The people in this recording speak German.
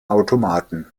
automaten